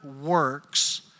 works